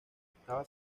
estaba